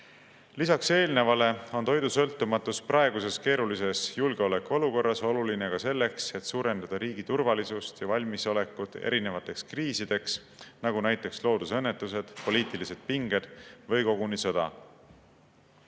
Lisaks eelnevale on toidusõltumatus praeguses keerulises julgeolekuolukorras oluline ka selleks, et suurendada riigi turvalisust ja valmisolekut erinevateks kriisideks, nagu näiteks loodusõnnetused, poliitilised pinged või koguni sõda.